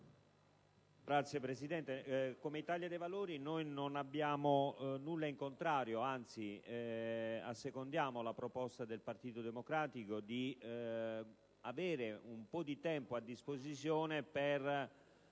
Signor Presidente, come Italia dei Valori non abbiamo nulla in contrario, anzi assecondiamo la proposta del Partito Democratico di avere un po' di tempo a disposizione per